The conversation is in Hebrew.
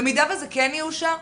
במידה שזה כן יאושר,